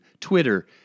Twitter